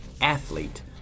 athlete